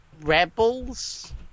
Rebels